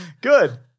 Good